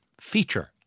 feature